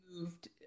moved